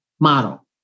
model